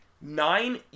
Nine